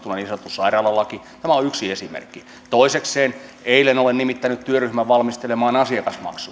sairaalalakiin tämä on yksi esimerkki toisekseen eilen olen nimittänyt työryhmän valmistelemaan asiakasmaksuja me